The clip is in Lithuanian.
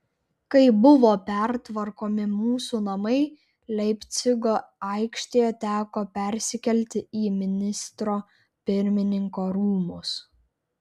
kai buvo pertvarkomi mūsų namai leipcigo aikštėje teko persikelti į ministro pirmininko rūmus